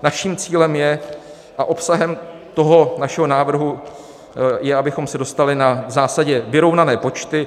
Naším cílem je a obsahem toho našeho návrhu je, abychom se dostali v zásadě na vyrovnané počty.